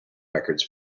records